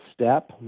step